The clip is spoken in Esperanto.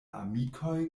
amikoj